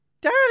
Daddy